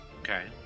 okay